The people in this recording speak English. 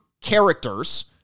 characters